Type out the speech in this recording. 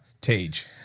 Tage